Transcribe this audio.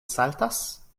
saltas